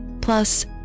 plus